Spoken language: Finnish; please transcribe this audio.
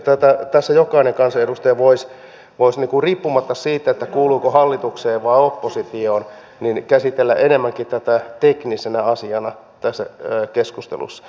mielestäni tässä jokainen kansanedustaja voisi riippumatta siitä kuuluuko hallitukseen vai oppositioon käsitellä enemmänkin tätä teknisenä asiana tässä keskustelussa